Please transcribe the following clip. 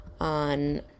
on